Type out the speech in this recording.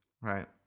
right